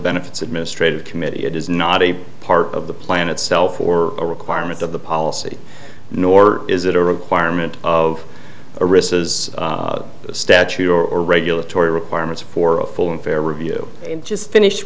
benefits administrative committee it is not a part of the plan itself or a requirement of the policy nor is it a requirement of a risk as a statue or regulatory requirements for a full and fair review just finish